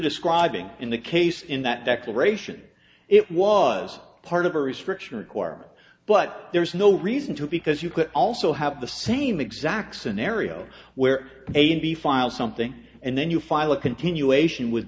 describing in the case in that declaration it was part of a restriction requirement but there is no reason to because you could also have the same exact scenario where a and b file something and then you file a continuation w